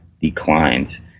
declines